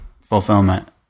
fulfillment